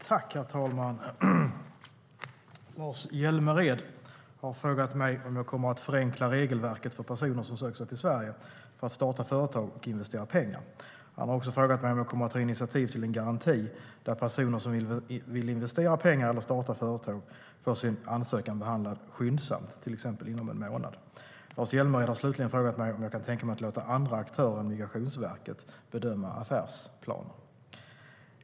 Herr talman! Lars Hjälmered har frågat mig om jag kommer att förenkla regelverket för personer som söker sig till Sverige för att starta företag och investera pengar. Han har också frågat mig om jag kommer att ta initiativ till en garanti där personer som vill investera pengar eller starta företag får sin ansökan behandlad skyndsamt, till exempel inom en månad. Lars Hjälmered har slutligen frågat mig om jag kan tänka mig att låta andra aktörer än Migrationsverket bedöma affärsplaner.